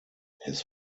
his